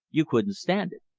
you couldn't stand it.